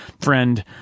friend